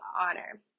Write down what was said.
honor